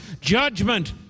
judgment